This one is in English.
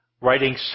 writing